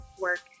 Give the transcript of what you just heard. work